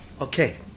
Okay